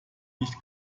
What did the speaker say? nicht